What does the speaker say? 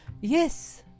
Yes